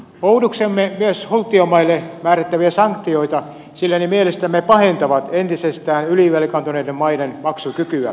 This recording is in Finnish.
oudoksumme myös hulttiomaille määrättäviä sanktioita sillä ne mielestämme pahentavat entisestään ylivelkaantuneiden maiden maksukykyä